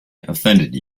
offended